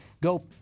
go